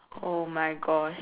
oh my gosh